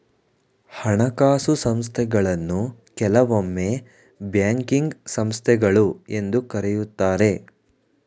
ಹಣಕಾಸು ಸಂಸ್ಥೆಗಳನ್ನು ಕೆಲವೊಮ್ಮೆ ಬ್ಯಾಂಕಿಂಗ್ ಸಂಸ್ಥೆಗಳು ಎಂದು ಕರೆಯುತ್ತಾರೆ